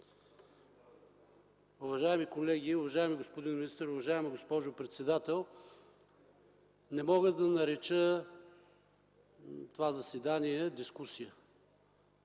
Уважаеми колеги, уважаеми господин министър, уважаема госпожо председател! Не мога да нарека това заседание дискусия